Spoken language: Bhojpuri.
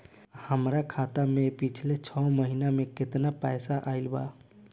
हमरा खाता मे पिछला छह महीना मे केतना पैसा आईल बा?